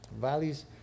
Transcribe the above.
Valleys